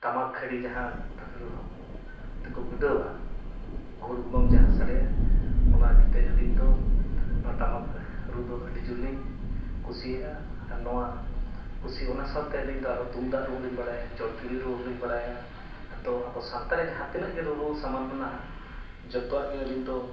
ᱴᱟᱢᱟᱠ ᱠᱷᱟᱹᱰᱤ ᱡᱟᱦᱟᱸ ᱛᱮᱠᱚ ᱜᱩᱰᱟᱹᱣᱟ ᱜᱩᱦᱩᱰ ᱜᱩᱵᱟᱹᱝ ᱡᱟᱦᱟᱸ ᱥᱟᱰᱮᱭᱟ ᱚᱱᱟ ᱤᱫᱤ ᱛᱮ ᱟᱹᱞᱤᱧ ᱫᱚ ᱚᱱᱟ ᱴᱟᱢᱟᱠ ᱨᱩ ᱫᱚ ᱟᱹᱰᱤ ᱡᱳᱨ ᱞᱤᱧ ᱠᱩᱥᱤᱭᱟᱜᱼᱟ ᱟᱨ ᱱᱚᱣᱟ ᱠᱩᱥᱤ ᱚᱱᱟ ᱥᱟᱶᱛᱮ ᱟᱹᱞᱤᱧ ᱫᱚ ᱟᱨᱦᱚᱸ ᱛᱩᱢᱫᱟᱜ ᱨᱩ ᱦᱚᱸᱞᱤᱧ ᱵᱟᱲᱟᱭᱟ ᱪᱚᱲᱪᱚᱲᱤ ᱨᱩ ᱦᱚᱸᱞᱤᱧ ᱵᱟᱲᱟᱭᱟ ᱟᱫᱚ ᱟᱵᱚ ᱥᱟᱱᱛᱟᱲᱤ ᱡᱟᱦᱟᱸ ᱛᱤᱱᱟᱹᱜ ᱜᱮ ᱨᱩᱨᱩ ᱥᱟᱢᱟᱱ ᱢᱮᱱᱟᱜᱼᱟ ᱡᱚᱛᱚᱣᱟᱜ ᱜᱮ ᱟᱹᱞᱤᱧ ᱫᱚ